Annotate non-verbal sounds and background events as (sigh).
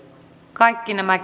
kaikki nämä (unintelligible)